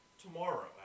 tomorrow